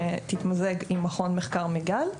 שתתמזג עם מכון מחקר מיגל,